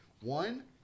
one